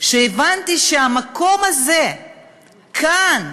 הבנתי שהמקום הזה כאן,